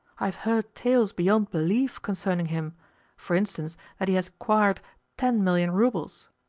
i have heard tales beyond belief concerning him for instance, that he has acquired ten million roubles.